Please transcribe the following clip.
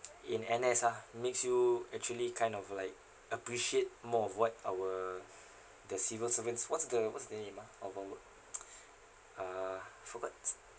in N_S ah makes you actually kind of like appreciate more of what our the civil servants what's the what's the name ah of our work uh forgot